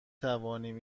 توانیم